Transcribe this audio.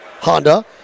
Honda